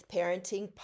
Parenting